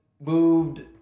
moved